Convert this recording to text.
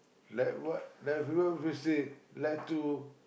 let what let everyone will say led to